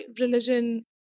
religion